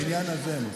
בעניין הזה הם עושים.